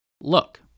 Look